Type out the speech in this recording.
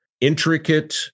intricate